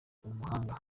umuhanga